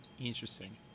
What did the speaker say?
Interesting